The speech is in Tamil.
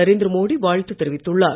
நரேந்திர மோடி வாழ்த்து தெரிவித்துள்ளார்